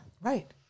Right